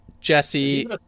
Jesse